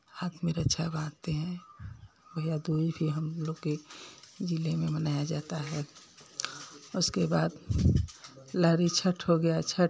हाथ में रक्षा बांधते हैं भैया दूज भी हम लोग के ज़िले में मनाया जाता है उसके बाद लहरी छठ हो गया छठ